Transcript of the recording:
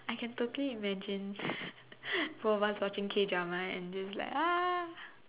I can totally imagine both of us watching K-drama and just like ah